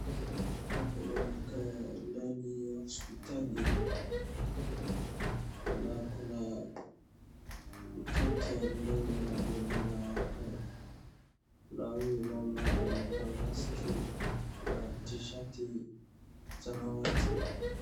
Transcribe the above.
Hapo inakaa ndani ya hospitali na kuna mtoto mdogo amelala hapo. Na huyu mama anavaa maski na tishati samawati.